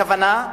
הכוונה,